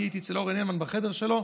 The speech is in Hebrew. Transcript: הייתי אצל אורן הלמן בחדר שלו,